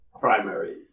primary